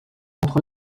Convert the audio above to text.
entre